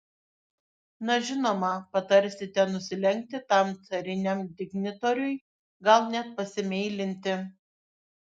na žinoma patarsite nusilenkti tam cariniam dignitoriui gal net pasimeilinti